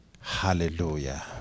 Hallelujah